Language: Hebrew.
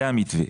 זה המתווה.